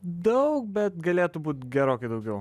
daug bet galėtų būt gerokai daugiau